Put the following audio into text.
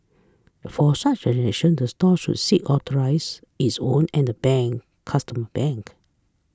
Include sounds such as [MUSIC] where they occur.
for such [UNINTELLIGIBLE] the store should seek authorize its own and the bank customer bank